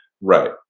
Right